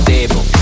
Table